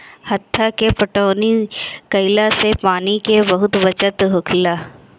हत्था से पटौनी कईला से पानी के बहुत बचत होखेला